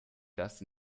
das